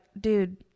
dude